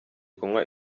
kunywa